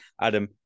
Adam